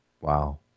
Wow